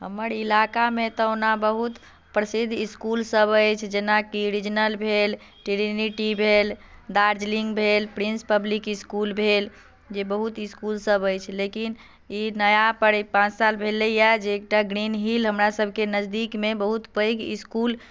हमर इलाकामे तऽ ओना बहुत प्रसिद्ध इस्कुल सभ अछि जेनाकि रिजनल भेल ट्रिनिटी भेल दार्जलिंग भेल प्रिन्स पब्लिक इस्कुल भेल जे बहुत इस्कुलसभ अछि लेकिन ई नया पर ई पाँच साल भेलैए जे एकटा ग्रीन हिल हमरासभके नजदीकमे बहुत पैघ इस्कुल